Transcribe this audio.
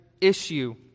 issue